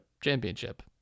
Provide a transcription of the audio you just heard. championship